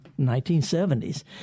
1970s